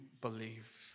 believe